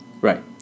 Right